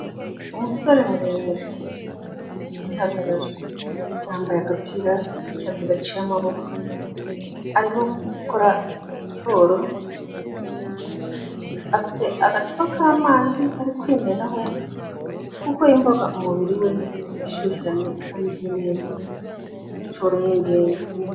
Umusore muremure, ufite igihagararo, yambaye agapira k'icyatsi gaciye amaboko, arimo gukora siporo, afite agacupa k'amazi ari kwimenaho, kuko yumvaga umubiri we ushyuhiranye utameze neza, siporo ni ingenzi.